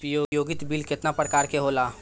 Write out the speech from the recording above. उपयोगिता बिल केतना प्रकार के होला?